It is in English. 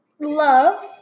love